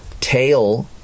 tail